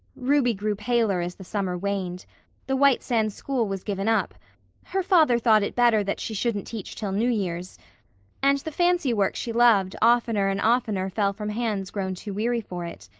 ruby grew paler as the summer waned the white sands school was given up her father thought it better that she shouldn't teach till new year's and the fancy work she loved oftener and oftener fell from hands grown too weary for it.